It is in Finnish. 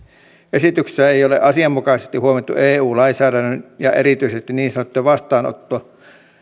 esityksessä ei ole asianmukaisesti huomioitu eu lainsäädännön ja erityisesti niin sanottujen vastaanotto